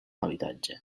habitatge